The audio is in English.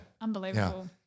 Unbelievable